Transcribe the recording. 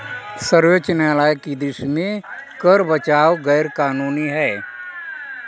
सर्वोच्च न्यायालय की दृष्टि में कर बचाव गैर कानूनी है